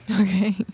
okay